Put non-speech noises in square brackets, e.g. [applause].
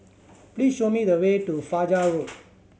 please show me the way to Fajar Road [noise]